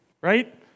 right